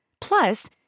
Plus